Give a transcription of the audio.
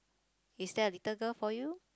is there a little girl for you